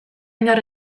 inor